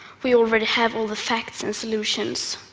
we already have all the facts and solutions.